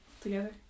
together